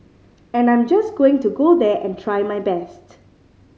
and I'm just going to go there and try my best